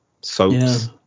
Soaps